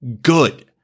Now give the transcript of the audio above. good